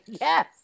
Yes